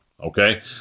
okay